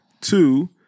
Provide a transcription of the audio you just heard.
Two